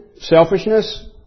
selfishness